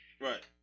Right